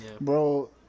Bro